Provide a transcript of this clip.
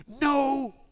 No